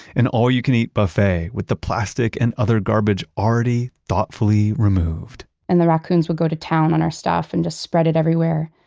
an all-you-can-eat buffet with the plastic and other garbage already thoughtfully removed! and the raccoons would go to town on our stuff and just spread it everywhere.